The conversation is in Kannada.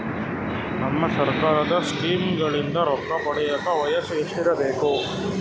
ನಮ್ಮ ಸರ್ಕಾರದ ಸ್ಕೀಮ್ಗಳಿಂದ ರೊಕ್ಕ ಪಡಿಯಕ ವಯಸ್ಸು ಎಷ್ಟಿರಬೇಕು?